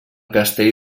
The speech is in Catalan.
castell